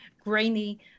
grainy